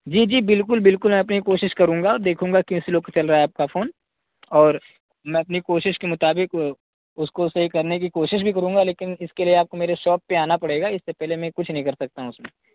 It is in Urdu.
جی جی بالکل بالکل میں اپنی کوشش کروں گا اور دیکھوں گا کہ سلو کیوں چل رہا ہے آپ کا فون اور میں اپنی کوشش کے مطابق اس کو صحیح کرنے کی کوشش بھی کروں گا لیکن اس کے لیے آپ کو میری شاپ پہ آنا پڑے گا اس سے پہلے میں کچھ نہیں کر سکتا ہوں اس میں